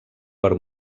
per